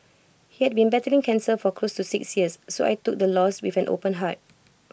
he had been battling cancer for close to six years so I took the loss with an open heart